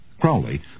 Crowley